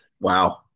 wow